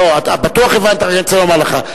אתה בטוח הבנת אבל אני רוצה לומר לך,